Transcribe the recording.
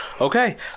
Okay